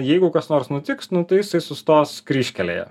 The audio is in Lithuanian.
jeigu kas nors nutiks nu tai jisai sustos kryžkelėje